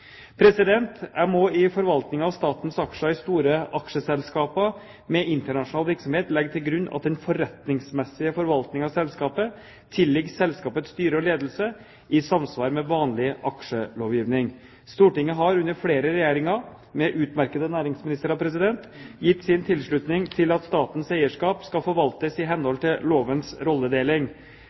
Jeg må i forvaltningen av statens aksjer i store aksjeselskaper med internasjonal virksomhet legge til grunn at den forretningsmessige forvaltningen av selskapet tilligger selskapets styre og ledelse, i samsvar med vanlig aksjelovgivning. Stortinget har, under flere regjeringer, med utmerkede næringsministre, president, gitt sin tilslutning til at statens eierskap skal forvaltes i henhold til lovens rolledeling.